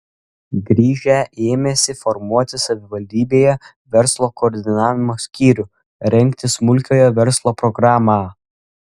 grįžę ėmėsi formuoti savivaldybėje verslo koordinavimo skyrių rengti smulkiojo verslo programą